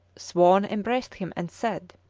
swan embraced him and said